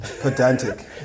Pedantic